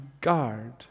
guard